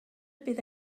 bydd